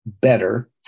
better